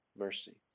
mercy